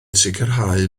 sicrhau